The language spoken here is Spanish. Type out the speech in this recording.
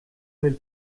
del